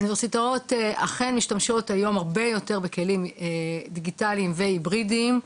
אוניברסיטאות אכן משתמשות היום הרבה יותר בכלים דיגיטליים והיברידיים,